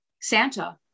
Santa